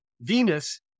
Venus